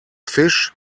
fish